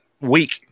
week